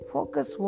Focus